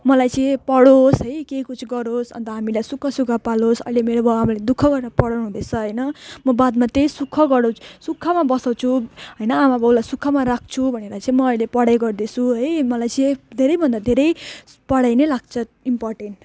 मलाई चाहिँ पढोस् है केही कुछ गरोस् अन्त हामीलाई सुखसँग पालोस् अहिले मेरो बाबुआमाले दुःख गरेर पढाउनुहुँदैछ होइन म बादमा त्यही सुख गराउँछु सुखमा बसाउँछु होइन आमाबाबुलाई सुखमा राख्छु भनेर चाहिँ म अहिले पढाइ गर्दैछु है मलाई चाहिँ धेरैभन्दा धेरै पढाइ नै लाग्छ इम्पोर्टेन